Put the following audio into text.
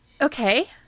Okay